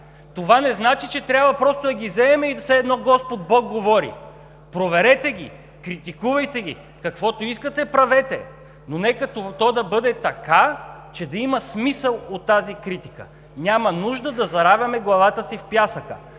Това не значи, че трябва просто да ги вземаме все едно Господ Бог говори. Проверете ги, критикувайте ги, каквото искате правете, но нека то да бъде така, че да има смисъл от тази критика. Няма нужда да заравяме главата си в пясъка